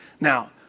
Now